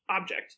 object